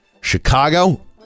Chicago